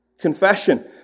Confession